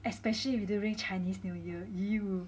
especially during chinese new year !eww!